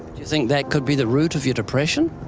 you think that could be the root of your depression?